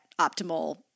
optimal